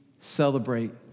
celebrate